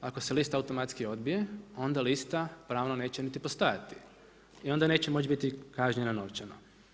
Ako se lista automatski odbije onda lista pravno neće niti postojati i onda neće moći biti kažnjeno novčano.